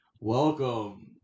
welcome